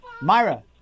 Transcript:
myra